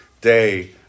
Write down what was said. day